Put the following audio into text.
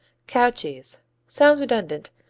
cow cheese sounds redundant,